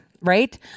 right